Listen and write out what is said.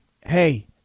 hey